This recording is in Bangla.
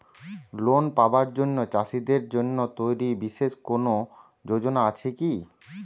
লোন পাবার জন্য চাষীদের জন্য তৈরি বিশেষ কোনো যোজনা আছে কি?